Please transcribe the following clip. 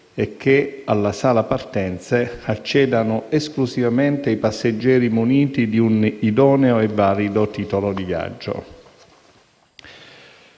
e che alla sala partenze accedano esclusivamente i passeggeri muniti di un idoneo e valido titolo di viaggio.